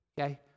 Okay